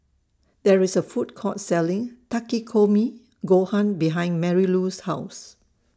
There IS A Food Court Selling Takikomi Gohan behind Marylou's House